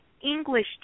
English